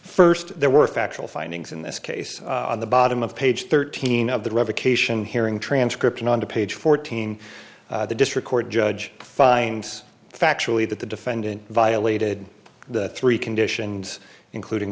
first there were factual findings in this case on the bottom of page thirteen of the revocation hearing transcript and on page fourteen the district court judge finds factually that the defendant violated the three conditions including